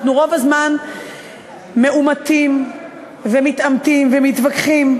אנחנו רוב הזמן מעומתים ומתעמתים ומתווכחים,